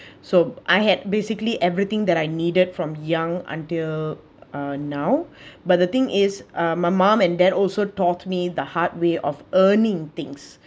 so I had basically everything that I needed from young until uh now but the thing is uh my mom and dad also taught me the hard way of earning things